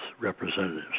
representatives